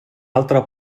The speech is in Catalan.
altre